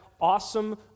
awesome